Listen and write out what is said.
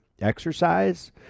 exercise